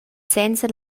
senza